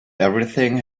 everything